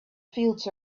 fields